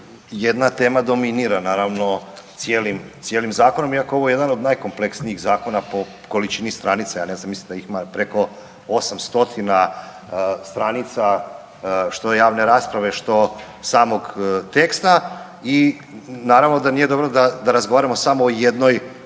jedna tema dominira naravno cijelim zakonom, iako je ovo jedan od najkompleksnijih zakona po količini stranici, ja ne znam mislim da ih ima preko 800 stranica što javne rasprave, što samog teksta i naravno da nije dobro da razgovaramo samo o jednoj